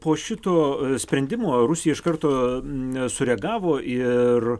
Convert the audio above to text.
po šito sprendimo rusija iš karto sureagavo ir